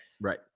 Right